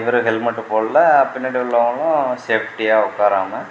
இவரும் ஹெல்மெட்டு போடலை பின்னாடி உள்ளவங்களும் சேஃப்டியாக உக்காராம